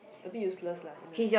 a bit useless lah in a sense